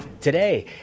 today